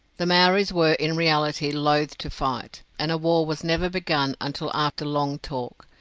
the maoris were in reality loath to fight, and war was never begun until after long talk.